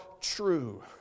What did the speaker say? true